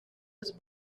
was